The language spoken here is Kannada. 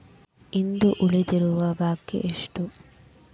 ಇಂದು ಉಳಿದಿರುವ ಬಾಕಿ ಎಷ್ಟು?